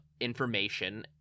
information